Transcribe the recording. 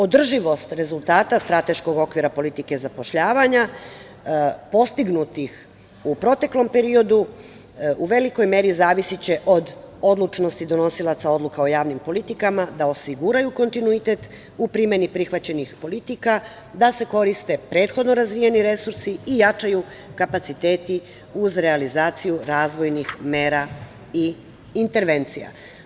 Održivost rezultata Strateškog okvira politike zapošljavanja postignutih u proteklom periodu u velikoj meri zavisiće od odlučnosti donosilaca odluka o javnim politikama da osiguraju kontinuitet u primeni prihvaćenih politika, da se koriste prethodno razvijeni resursi i jačaju kapaciteti uz realizaciju razvojnih mera i intervencija.